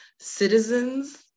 Citizens